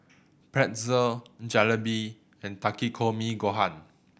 Pretzel Jalebi and Takikomi Gohan